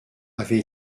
avait